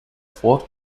fort